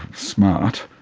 smart.